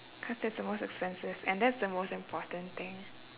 cause that's the most expensive and that's the most important thing